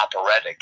operatic